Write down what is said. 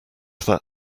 that